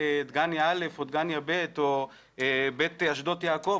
דגניה א' או דגניה ב' או בית אשדות יעקב,